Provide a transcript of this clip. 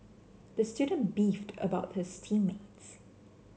the student beefed about his team mates